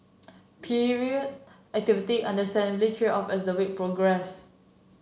period activity understandably tailed off as the week progressed